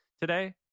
today